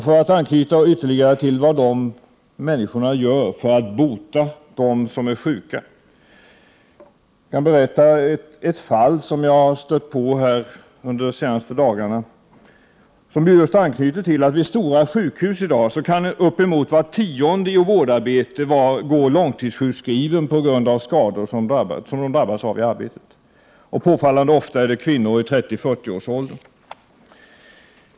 För att anknyta ytterligare till vad dessa människor betyder för att bota dem som är sjuka kan jag berätta om ett fall som jag stötte på under de senaste dagarna. Det anknyter till att uppemot var tionde anställd i vårdarbete vid stora sjukhus i dag går långtidssjukskriven på grund av skador som vederbörande drabbats av i arbetet. Påfallande ofta är det kvinnor i 30—-40-årsåldern.